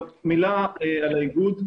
מילה על האיגוד,